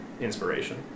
inspiration